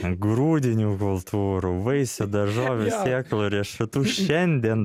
grūdinių kultūrų vaisių daržovių sėklų riešutų šiandien